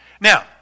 Now